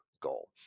goal